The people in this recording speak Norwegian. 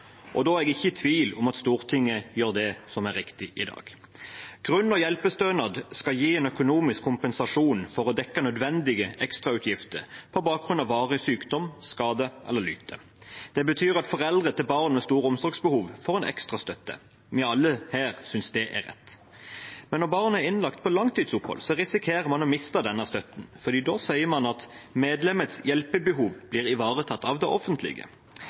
Da er jeg ikke i tvil om at Stortinget gjør det som er riktig, i dag. Grunn- og hjelpestønad skal gi en økonomisk kompensasjon for å dekke nødvendige ekstrautgifter på bakgrunn av varig sykdom, skade eller lyte. Det betyr at foreldre til barn med store omsorgsbehov får en ekstra støtte. Vi synes alle her at det er rett. Men når barn er innlagt for langtidsopphold, risikerer man å miste denne støtten, for da sier man at medlemmets hjelpebehov blir ivaretatt av det offentlige.